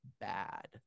bad